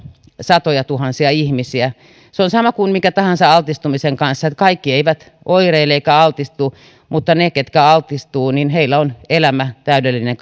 satojatuhansia ihmisiä se on sama kuin minkä tahansa altistumisen kanssa että kaikki eivät oireile eivätkä altistu mutta niillä ketkä altistuvat elämä on täydellinen